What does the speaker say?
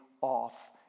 off